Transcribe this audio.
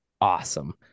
awesome